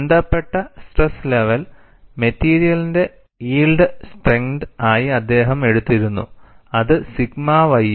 ബന്ധപ്പെട്ട stress level മെറ്റീരിയലിന്റെ yield strength ആയി അദ്ദേഹം എടുത്തിരുന്നു അത് സിഗ്മ ys